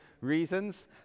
reasons